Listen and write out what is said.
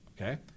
Okay